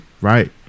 right